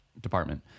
department